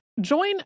Join